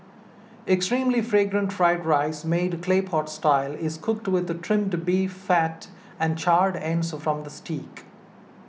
extremely Fragrant Fried Rice made Clay Pot Style is cooked with Trimmed Beef Fat and charred ends from the Steak